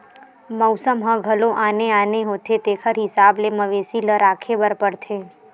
मउसम ह घलो आने आने होथे तेखर हिसाब ले मवेशी ल राखे बर परथे